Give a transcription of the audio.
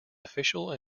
official